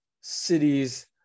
cities